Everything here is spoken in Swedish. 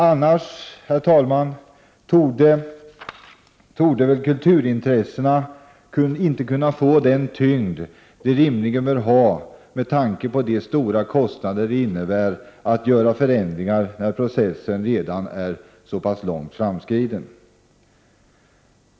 Annars torde väl kulturintressena inte kunna få den tyngd de rimligen bör ha, med tanke på de stora kostnader det innebär att göra förändringar när processen redan är så långt framskriden.